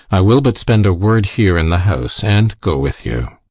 i will but spend a word here in the house, and go with you.